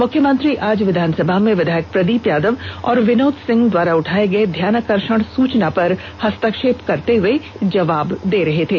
मुख्यमंत्री आज विधानसभा में विधायक प्रदोप यादव और विनोद सिंह द्वारा उठाए गए ध्यानाकर्षण सूचना पर हस्ताक्षेप करते हुए जवाब दे रहे थे